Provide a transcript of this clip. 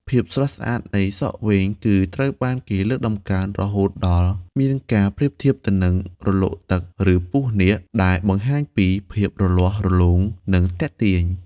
ភាពស្រស់ស្អាតនៃសក់វែង គឺត្រូវបានគេលើកតម្កើងរហូតដល់មានការប្រៀបធៀបទៅនឹង រលកទឹក ឬពស់នាគ ដែលបង្ហាញពីភាពរលាស់រលោង និងទាក់ទាញ។